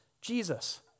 Jesus